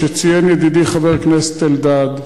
כפי שציין ידידי חבר הכנסת אלדד,